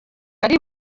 ari